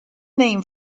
name